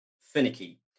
finicky